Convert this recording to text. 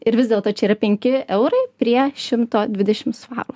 ir vis dėlto čia yra penki eurai prie šimto dvidešim svarų